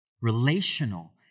relational